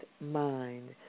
mind